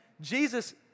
Jesus